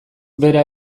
bera